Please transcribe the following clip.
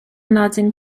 nodyn